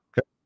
Okay